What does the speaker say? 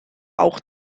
auch